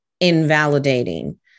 invalidating